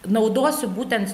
naudosiu būtent